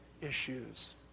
issues